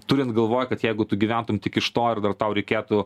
turint galvoj kad jeigu tu gyventum tik iš to ir dar tau reikėtų